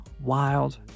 wild